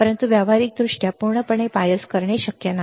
परंतु व्यावहारिकदृष्ट्या पूर्णपणे बायस करणे शक्य नाही